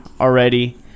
already